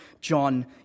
John